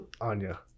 Anya